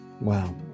Wow